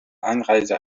einreise